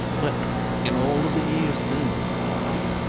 but in all of the years since, i've